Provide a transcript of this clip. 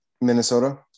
Minnesota